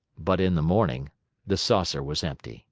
but in the morning the saucer was empty.